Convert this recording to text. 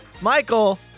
Michael